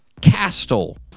Castle